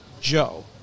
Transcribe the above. Joe